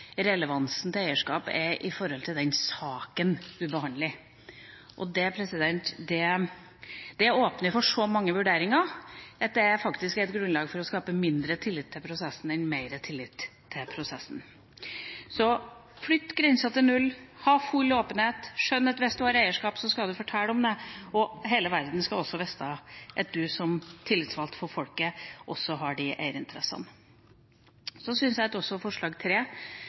relevansen til eierskap i den saken man behandler. Det åpner for så mange vurderinger at det faktisk er grunnlag for å skape mindre tillit til prosessen enn mer tillit til prosessen. Flytt grensa til null! Ha full åpenhet! Skjønn at hvis du har eierskap, skal du fortelle om det! Hele verden skal også vite at du som tillitsvalgt for folket har disse eierinteressene. Jeg syns også at forslag nr. 3, fra Senterpartiet, er bra å få på bordet. Det